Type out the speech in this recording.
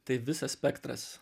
tai visas spektras